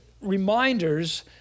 reminders